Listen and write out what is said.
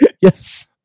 Yes